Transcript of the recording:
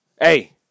Hey